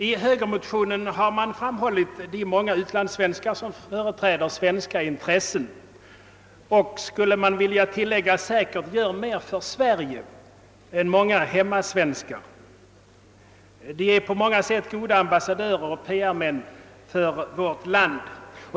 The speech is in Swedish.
I högermotionen har man framhållit de många utlandssvenskar som företräder svenska intressen och — skulle man vilja tillägga — säkert gör mer för Sverige än många hemmasvenskar. De är på många sätt goda ambassadörer och PR-män för vårt land.